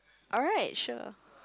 alright sure